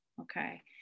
Okay